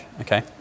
okay